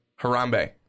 Harambe